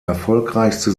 erfolgreichste